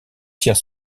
tire